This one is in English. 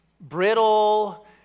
brittle